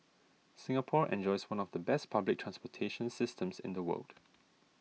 Singapore enjoys one of the best public transportation systems in the world